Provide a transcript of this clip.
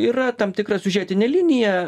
yra tam tikra siužetinė linija